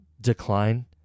decline